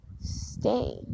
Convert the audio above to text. stay